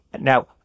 Now